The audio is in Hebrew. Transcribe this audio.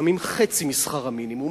לפעמים חצי משכר המינימום,